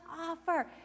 offer